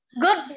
Good